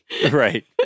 Right